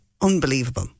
unbelievable